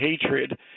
hatred